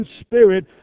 spirit